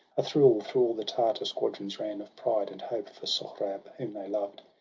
a thrill through all the tartar squadrons ran of pride and hope for sohrab, whom they loved.